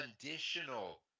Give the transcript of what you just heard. conditional